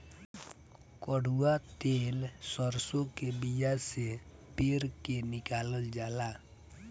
कड़ुआ तेल सरसों के बिया से पेर के निकालल जाला